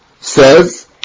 says